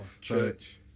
church